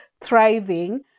thriving